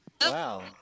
Wow